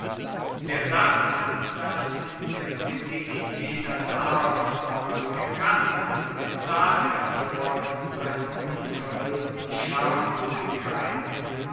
der satz dass in der politik jeder darf was er kann trat hervor in seiner unverhuellten schamlosigkeit